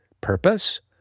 purpose